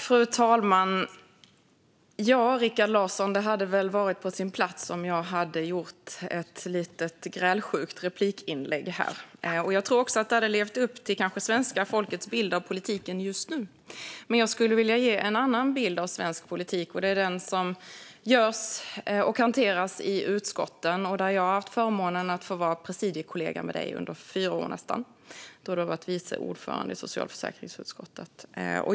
Fru talman! Ja, Rikard Larsson, det hade väl varit på sin plats om jag hade gjort ett litet grälsjukt replikinlägg nu. Jag tror kanske också att det hade levt upp till svenska folkets bild av politiken just nu. Men jag skulle vilja ge en annan bild av svensk politik, och den handlar om det som görs i utskotten. Jag har haft förmånen att få vara presidiekollega med dig under nästan fyra år, då du har varit vice ordförande i socialförsäkringsutskottet.